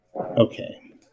Okay